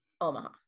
Omaha